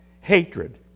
hatred